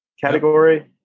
category